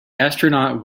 astronaut